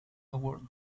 award